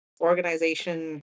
organization